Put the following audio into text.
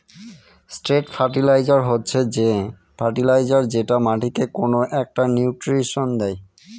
straight fertiliser হচ্ছে যে fertiliser যেটা মাটিকে কোনো একটা নিউট্রিশন দেয়